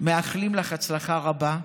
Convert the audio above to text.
ומאחלים לך הצלחה רבה.